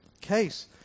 case